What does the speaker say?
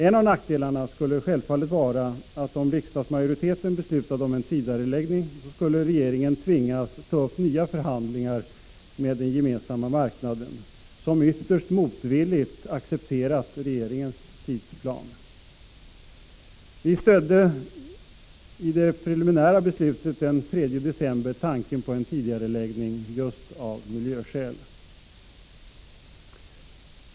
En av nackdelarna om riksdagsmajoriteten beslutade om en tidigareläggning skulle självfallet vara att regeringen då tvingades ta upp nya förhandlingar med den Gemensamma marknaden, som ytterst motvilligt accepterat regeringens tidsplan. 33 Vi stödde i det preliminära beslutet den 3 december tanken på en tidigareläggning just av miljöskäl.